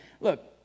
look